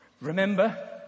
remember